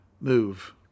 move